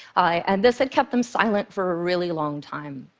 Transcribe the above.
and this had kept them silent for a really long time.